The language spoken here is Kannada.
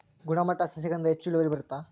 ಗುಣಮಟ್ಟ ಸಸಿಗಳಿಂದ ಹೆಚ್ಚು ಇಳುವರಿ ಬರುತ್ತಾ?